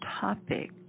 topic